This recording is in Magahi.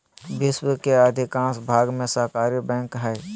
विश्व के अधिकांश भाग में सहकारी बैंक हइ